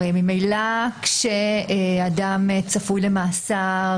ממילא כשאדם צפוי למאסר,